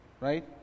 right